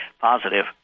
positive